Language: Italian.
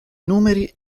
numeri